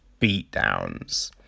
beatdowns